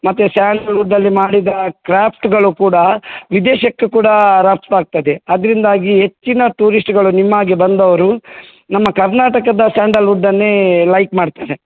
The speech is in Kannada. ಮತ್ತೆ ಸ್ಯಾಂಡಲ್ ವುಡ್ಡಲ್ಲಿ ಮಾಡಿದ ಕ್ರಾಫ್ಟ್ಗಳು ಕೂಡ ವಿದೇಶಕ್ಕೆ ಕೂಡ ರಫ್ತು ಆಗ್ತದೆ ಅದರಿಂದಾಗಿ ಹೆಚ್ಚಿನ ಟೂರಿಸ್ಟ್ಗಳು ನಿಮ್ಮಾಗೆ ಬಂದವರು ನಮ್ಮ ಕರ್ನಾಟಕದ ಸ್ಯಾಂಡಲ್ ವುಡ್ಡನ್ನೇ ಲೈಕ್ ಮಾಡ್ತಾರೆ